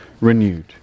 renewed